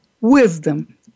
wisdom